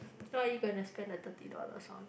what are you gonna to spend the thirty dollars on